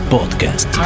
Podcast